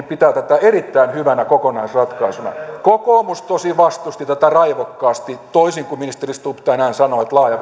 pitää tätä erittäin hyvänä kokonaisratkaisuna kokoomus tosin vastusti tätä raivokkaasti toisin kuin ministeri stubb tänään sanoi että laaja